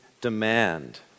demand